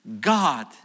God